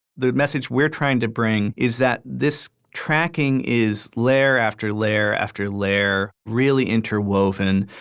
the message we're trying to bring is that this tracking is layer after layer after layer, really interwoven,